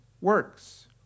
works